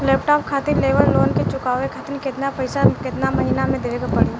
Laptop खातिर लेवल loan के चुकावे खातिर केतना पैसा केतना महिना मे देवे के पड़ी?